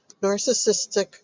Narcissistic